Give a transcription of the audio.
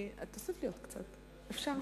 תוסיף לי עוד קצת, אפשר?